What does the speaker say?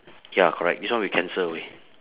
ya correct this one we cancel away